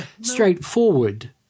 Straightforward